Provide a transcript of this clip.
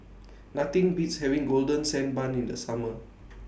Nothing Beats having Golden Sand Bun in The Summer